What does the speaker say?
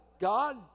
God